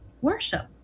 worship